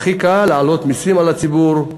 הכי קל להעלות מסים לציבור,